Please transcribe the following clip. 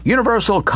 Universal